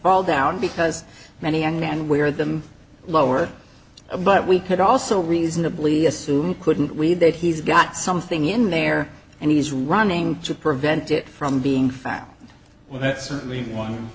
fall down because many young men wear them lower but we could also reasonably assume couldn't we that he's got something in there and he's running to prevent it from being found well that's certainly one